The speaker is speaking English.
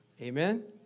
amen